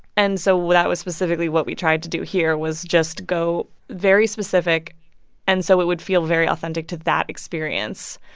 and so that was specifically what we tried to do here was just go very specific and so it would feel very authentic to that experience.